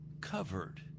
covered